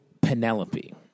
Penelope